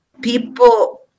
people